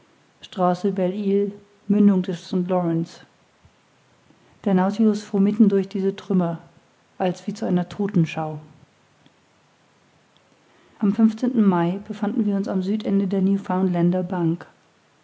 lorenz der nautilus fuhr mitten durch diese trümmer als wie zu einer todtenschau am mai befanden wir uns am südende der